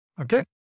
okay